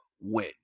win